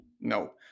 No